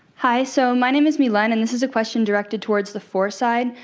hi, so my name is milan and this is a question directed towards the for side.